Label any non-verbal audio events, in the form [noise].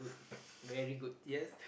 [breath] yes